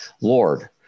Lord